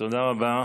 תודה רבה.